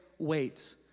Wait